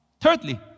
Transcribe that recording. Thirdly